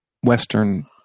Western